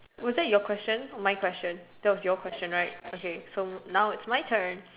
was that your question or my question that was your question right so now it's my turn